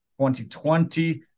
2020